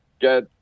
get